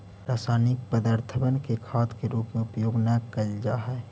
रासायनिक पदर्थबन के खाद के रूप में उपयोग न कयल जा हई